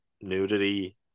nudity